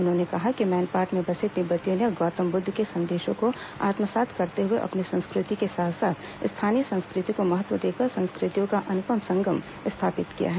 उन्होंने कहा कि मैनपाट में बसे तिब्बतियों ने गौतम बुद्ध के संदेशों को आत्मसात करते हुए अपनी संस्कृति के साथ साथ स्थानीय संस्कृति को महत्व देकर संस्कृतियों का अनुपम संगम स्थापित किया है